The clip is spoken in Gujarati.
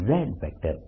Jr Jr